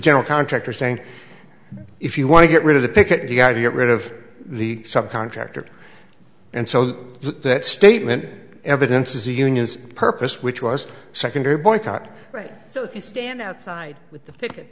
general contractor saying if you want to get rid of the picket you got to get rid of the subcontractor and so that that statement evidence is a union's purpose which was secondary boycott right so if you stand outside with the